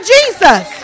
Jesus